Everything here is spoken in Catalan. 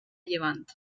llevant